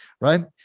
right